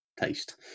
taste